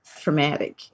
traumatic